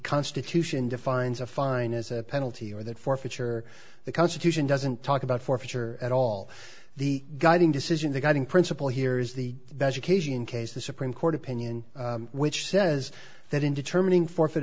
constitution defines a fine as a penalty or that forfeiture the constitution doesn't talk about forfeiture at all the guiding decision the guiding principle here is the vegetation case the supreme court opinion which says that in determining forfeit